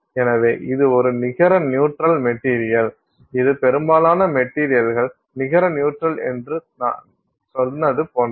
எனவே இது ஒரு நிகர நியூட்ரல் மெட்டீரியல் இது பெரும்பாலான மெட்டீரியல்கள் நிகர நியூட்ரல் என்று நான் சொன்னது போன்றது